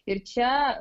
ir čia